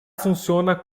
funciona